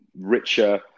richer